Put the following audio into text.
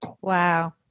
Wow